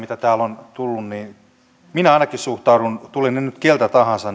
mitä täällä on tullut minä ainakin suhtaudun vakavasti tulivat ne nyt keneltä tahansa